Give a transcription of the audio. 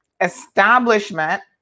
establishment